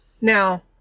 now